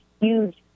huge